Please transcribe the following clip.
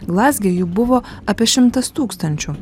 glazge jų buvo apie šimtas tūkstančių